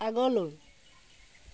আগলৈ